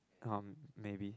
um maybe